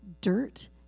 dirt